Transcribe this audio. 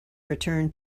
return